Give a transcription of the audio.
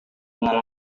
dengan